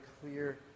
clear